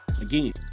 Again